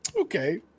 Okay